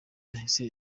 yahise